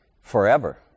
forever